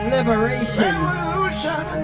Liberation